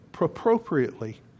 Appropriately